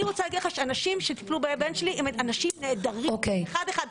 אני רוצה להגיד לך שהאנשים שטיפלו בבן שלי הם אנשים נהדרים אחד-אחד,